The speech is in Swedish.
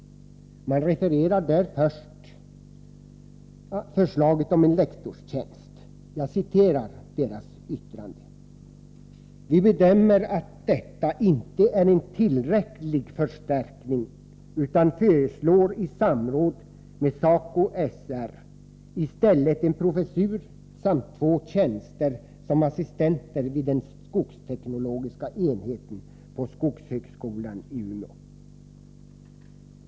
Man refererar först förslaget om en lektorstjänst: ”Vi bedömer att detta inte är en tillräcklig förstärkning utan föreslår i samråd med SACOJ/SR istället en professur samt två tjänster som assistenter vid den skogsteknologiska enheten på Skogshögskolan i Umeå.